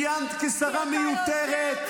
כיהנת כשרה מיותרת,